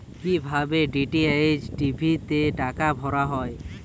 কি ভাবে DTH TV তে টাকা ভরা হয়?